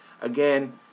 again